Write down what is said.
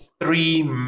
three